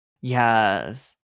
Yes